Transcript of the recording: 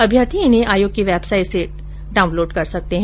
अभ्यर्थी इन्हें आयोग की वेबसाइट से डाउनलोड कर सकते हैं